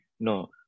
No